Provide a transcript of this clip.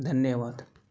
धन्यवाद